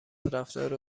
رفتار